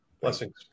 blessings